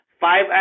five